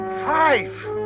Five